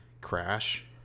crash